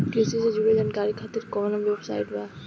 कृषि से जुड़ल जानकारी खातिर कोवन वेबसाइट बा?